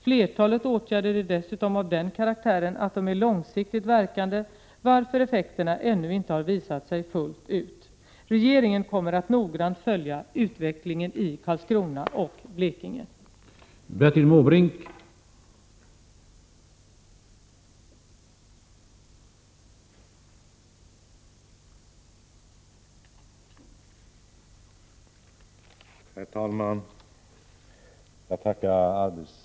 Flertalet åtgärder är dessutom av den karaktären att de är långsiktigt verkande, varför effekterna ännu inte har visat sig fullt ut. Regeringen kommer självfallet att noggrant följa utvecklingen i Karlskrona och Blekinge. Då Sven-Olof Petersson, som framställt fråga 226, anmält att han var förhindrad att närvara vid sammanträdet, medgav talmannen att Göran Engström i stället fick delta i överläggningen.